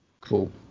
Cool